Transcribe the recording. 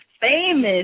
famous